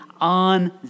on